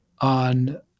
on